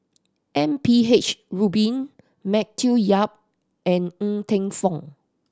M P H Rubin Matthew Yap and Ng Teng Fong